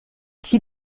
chi